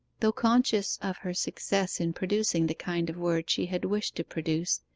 though conscious of her success in producing the kind of word she had wished to produce,